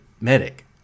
medic